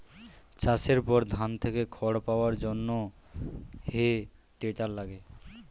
চাষের পর ধান থেকে খড় পাওয়ার জন্যে হে টেডার লাগে